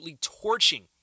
torching